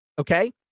Okay